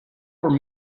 were